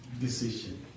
decision